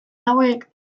hauek